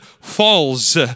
falls